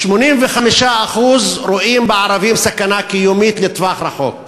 85% רואים בערבים סכנה קיומית לטווח הארוך,